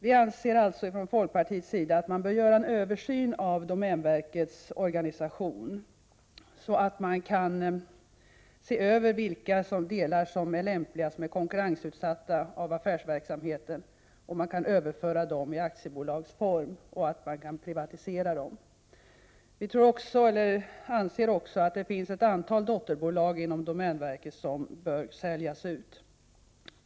Man bör alltså göra en översyn av domänverkets organisation för att kunna se över vilka delar av affärsverksamheten som är konkurrensutsatta och därför lämpliga att överföra till aktiebolagsform och till privat ägande. Vi i folkpartiet anser att det finns ett antal dotterbolag inom domänverket som också bör säljas ut.